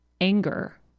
anger